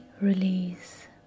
release